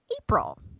April